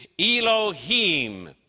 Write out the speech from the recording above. Elohim